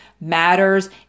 matters